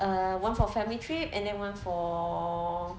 uh one for family trip and then one for